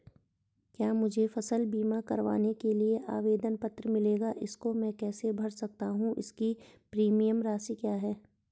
क्या मुझे फसल बीमा करवाने के लिए आवेदन पत्र मिलेगा इसको मैं कैसे भर सकता हूँ इसकी प्रीमियम राशि क्या है?